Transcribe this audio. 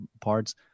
parts